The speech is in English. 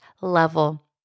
level